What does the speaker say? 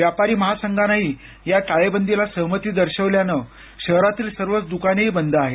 व्यापारी महासंघानंही या टाळेबंदीला सहमती दर्शवल्यानं शहरातील सर्वच द्कानेही बंद आहेत